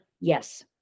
Yes